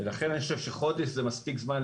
לכן אני חושב שחודש זה מספיק זמן,